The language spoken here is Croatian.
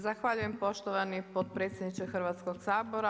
Zahvaljujem poštovani potpredsjedniče Hrvatskog sabora.